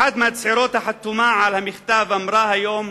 אחת מהצעירות החתומות על המכתב אמרה היום